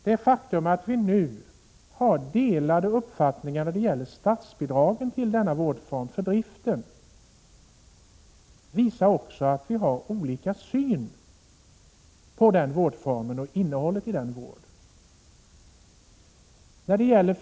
Det faktum att vi nu har delade uppfattningar när det gäller statsbidragen till denna vårdform, för driften, visar också att vi har olika syn på den vårdformen och innehållet i den vården.